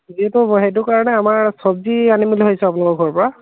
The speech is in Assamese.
যিহেতু সেইটো কাৰণে আমাৰ চব্জি আনিম বুলি ভাবিছোঁ আপোনালোকৰ ঘৰৰ পৰা